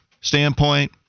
standpoint